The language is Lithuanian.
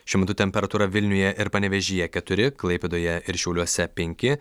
šiuo metu temperatūra vilniuje ir panevėžyje keturi klaipėdoje ir šiauliuose penki